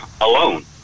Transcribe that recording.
alone